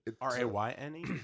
R-A-Y-N-E